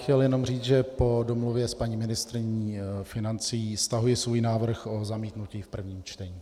Chtěl bych jenom říct, že po domluvě s paní ministryní financí stahuji svůj návrh na zamítnutí v prvním čtení.